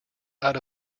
out